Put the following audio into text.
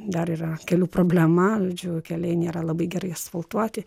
dar yra kelių problema žodžiu keliai nėra labai gerai asfaltuoti